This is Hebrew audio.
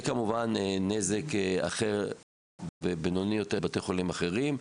כמובן נזק אחר, בינוני, לבתי חולים אחרים.